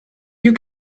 you